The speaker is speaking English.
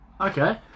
Okay